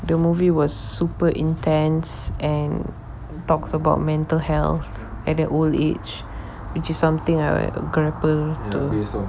the movie was super intense and talks about mental health at an old age which is something I grapple to